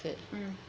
mm